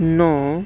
نو